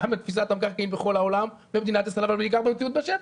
גם בתפיסת המקרקעין בכל העולם וגם במדינת ישראל אבל בעיקר במציאות בשטח.